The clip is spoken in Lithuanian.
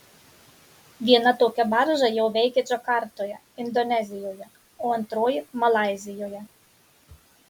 viena tokia barža jau veikia džakartoje indonezijoje o antroji malaizijoje